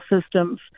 systems